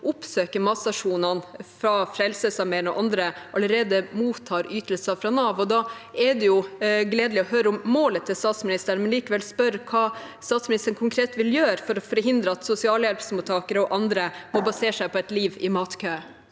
oppsøker matstasjonene til Frelsesarmeen og andre, allerede mottar ytelser fra Nav. Da er det gledelig å høre om målet til statsministeren, men likevel spør jeg: Hva vil statsministeren konkret gjøre for å forhindre at sosialhjelpsmottakere og andre må basere seg på et liv i matkø?